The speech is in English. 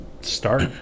start